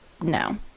no